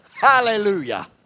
Hallelujah